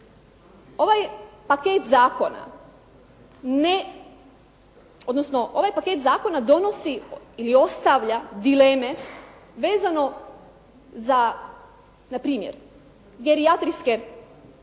ovaj paket zakona donosi ili ostavlja dileme vezano za npr. gerijatrijske